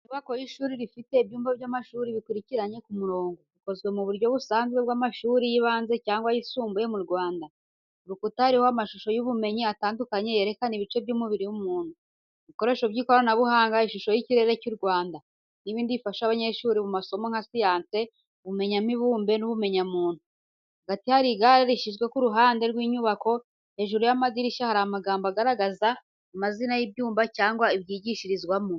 Inyubako y’ishuri rifite ibyumba by’amashuri bikurikiranye ku murongo, bikozwe mu buryo busanzwe bw’amashuri y’ibanze cyangwa ayisumbuye mu Rwanda. Ku rukuta hariho amashusho y’ubumenyi atandukanye yerekana ibice by’umubiri w’umuntu, ibikoresho by’ikoranabuhanga, ishusho y’ikirere cy’u Rwanda, n’ibindi bifasha abanyeshuri mu masomo nka siyansi, ubumenyamibumbe n’ubumenyamuntu. Hagati hari igare rishyizwe ku ruhande rw’inyubako. Hejuru y’amadirishya hari amagambo agaragaza amazina y’ibyumba cyangwa ibyigishirizwamo.